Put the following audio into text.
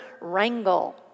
wrangle